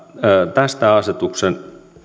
tästä asetuksen